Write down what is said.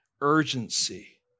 urgency